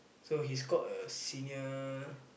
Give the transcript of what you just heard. so he's called a senior